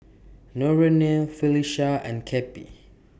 Norene Felisha and Cappie